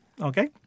Okay